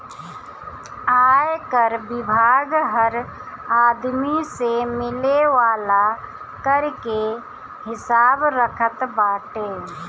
आयकर विभाग हर आदमी से मिले वाला कर के हिसाब रखत बाटे